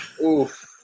Oof